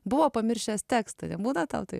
buvo pamiršęs tekstą nebūna tau taip